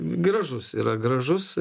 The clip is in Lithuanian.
gražus yra gražus